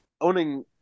owning